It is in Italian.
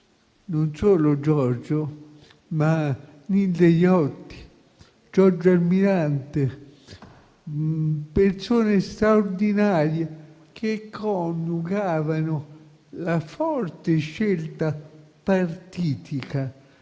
non solo Giorgio, ma Nilde Iotti e Giorgio Almirante, persone straordinarie, che coniugavano la forte scelta partitica,